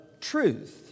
truth